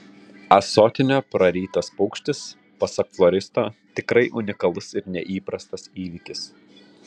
ąsotinio prarytas paukštis pasak floristo tikrai unikalus ir neįprastas įvykis